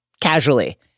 casually